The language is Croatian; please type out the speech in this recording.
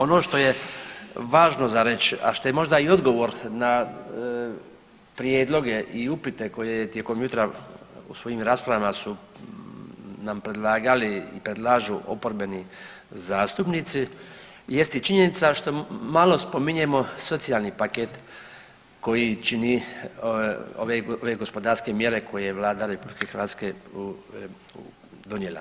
Ono što je važno za reći, a što je možda i odgovor na prijedloge i upite koje je tijekom jutra u svojom raspravama su nam predlagali i predlažu oporbeni zastupnici jest i činjenica što malo spominjemo socijalni paket koji čini ove gospodarske mjere koje je Vlada RH donijela.